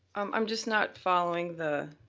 um i'm just not following the